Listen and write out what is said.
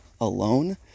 alone